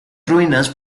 ruinas